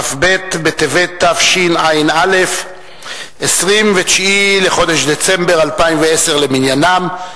כ"ב בטבת תשע"א, 29 לחודש דצמבר 2010 למניינם.